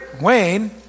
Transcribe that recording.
Wayne